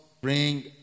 bring